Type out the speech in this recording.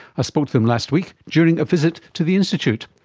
i spoke to them last week during a visit to the institute.